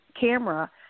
camera